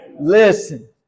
Listen